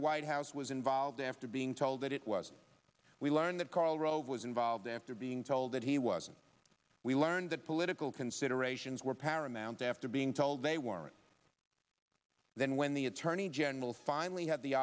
the white house was involved after being told that it was we learned that karl rove was involved after being told that he was and we learned that political considerations were paramount after being told they weren't then when the attorney general finally had the